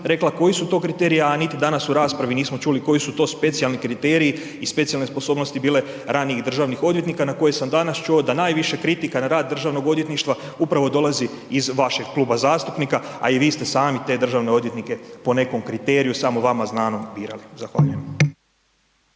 rekla koji su to kriteriji a niti danas u raspravi nismo čuli koji su to specijalni kriteriji i specijalne sposobnosti bile ranijih državnih odvjetnika na koje sam danas čuo da najviše kritika na rad Državnog odvjetništva upravo dolazi iz vašeg kluba zastupnika a i vi ste sami te državne odvjetnike po nekom kriteriju samo vama znanom birali. Zahvaljujem.